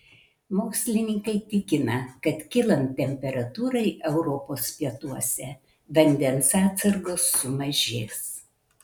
mokslininkai tikina kad kylant temperatūrai europos pietuose vandens atsargos sumažės